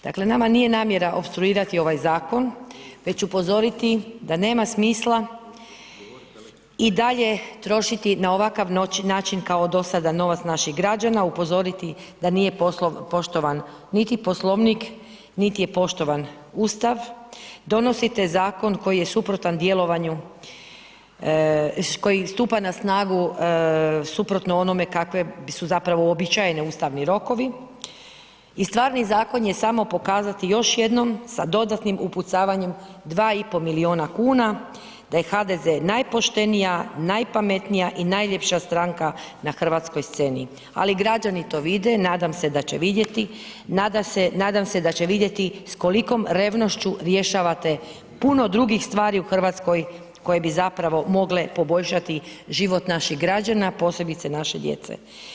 Dakle nama nije namjera opstruirati ovaj zakon već upozoriti da nema smisla i dalje trošiti na ovakav način kao dosada novac naših građana, upozoriti da nije poštovan niti Poslovnik, niti je poštovan Ustav, donosite zakon koji je suprotan djelovanju, koji stupa na snagu suprotno onome kakve su zapravo uobičajeni ustavni rokovi i stvarni zakon je samo pokazati još jednom sa dodatnim upucavanjem 2,5 milijuna kuna da je HDZ najpoštenija, najpametnija i najljepša stranka na hrvatskoj sceni ali građani to vide, nadam se da će vidjeti, nadam se da će vidjeti s kolikom revnošću rješavate puno drugih stvari u Hrvatskoj koje bi zapravo mogle poboljšati život naših građana, posebice naše djece.